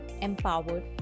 empowered